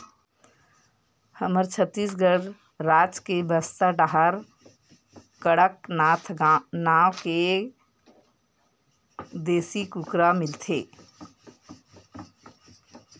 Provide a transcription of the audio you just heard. हमर छत्तीसगढ़ राज के बस्तर डाहर कड़कनाथ नाँव के देसी कुकरा मिलथे